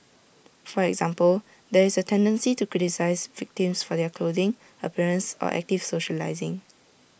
for example there is A tendency to criticise victims for their clothing appearance or active socialising